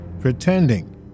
pretending